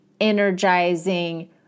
energizing